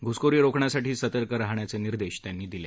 घुसखोरी रोखण्यासाठी सतर्क राहण्याचे निर्देश त्यांनी दिले